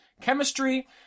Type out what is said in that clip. chemistry